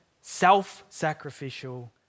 self-sacrificial